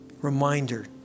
reminder